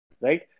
right